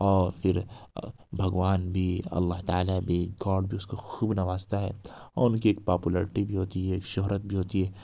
اور پھر بھگوان بھی اللہ تعالیٰ بھی گاڈ بھی اس كو خوب نوازتا ہے اور ان کی پاپولرٹی بھی ہوتی ہے شہرت بھی ہوتی ہے